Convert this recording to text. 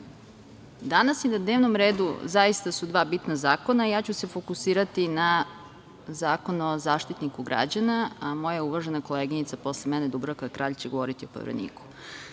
danas su na dnevnom redu zaista dva bitna zakona. Ja ću se fokusirati na Zakon o Zaštitniku građana, a moja uvažena koleginica, posle mene, Dubravka Kralj će govoriti o Povereniku. Do